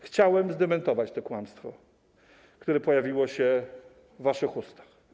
Chciałem zdementować to kłamstwo, które pojawiło się w waszych ustach.